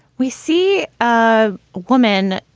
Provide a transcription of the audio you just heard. we see a woman,